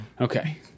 Okay